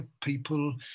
people